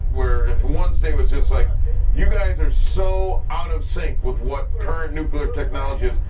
where, if one state was just like you guys are so out of sync with what current nuclear technology is,